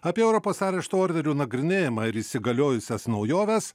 apie europos arešto orderių nagrinėjimą ir įsigaliojusias naujoves